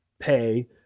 pay